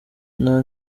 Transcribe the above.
nka